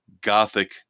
gothic